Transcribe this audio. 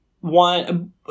one